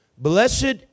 Blessed